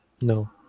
No